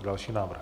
Další návrh.